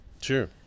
Sure